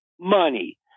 money